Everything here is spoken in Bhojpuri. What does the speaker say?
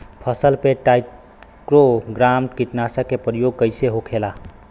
फसल पे ट्राइको ग्राम कीटनाशक के प्रयोग कइसे होखेला?